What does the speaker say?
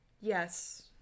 Yes